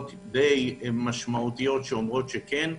בהתאם למספר סוגי ההכשרות.